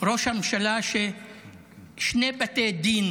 ראש הממשלה, ששני בתי דין